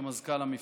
כמזכ"ל המפלגה.